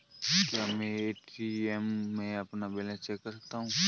क्या मैं ए.टी.एम में अपना बैलेंस चेक कर सकता हूँ?